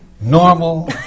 normal